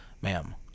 ma'am